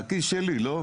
מהכיס שלי, לא?